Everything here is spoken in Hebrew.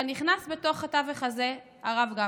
אבל נכנס בתוך התווך הזה הרב גפני,